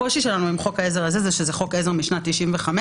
הקושי שלנו עם זה הוא שמדובר בחוק עזר משנת 95',